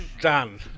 Done